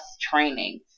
training